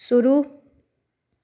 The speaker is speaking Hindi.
शुरू